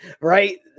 Right